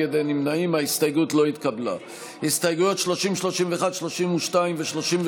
מימון התנחלויות ומימון כיבוש,